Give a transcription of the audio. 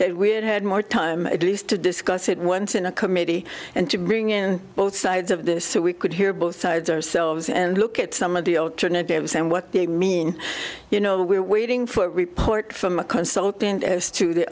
that we had had more time at least to discuss it once in a committee and to bring in both sides of this so we could hear both sides ourselves and look at some of the alternatives and what they mean you know we're waiting for a report from a consultant as to the